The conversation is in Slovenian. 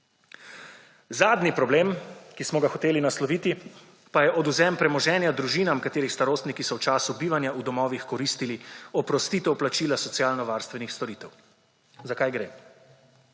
Zadnji problem, ki smo ga hoteli nasloviti, pa je odvzem premoženja družinam katerih starostniki so v času bivanja v domovih koristili oprostitev plačila socialno-varstvenih storitev. Za kaj gre?